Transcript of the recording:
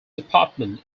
department